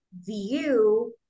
view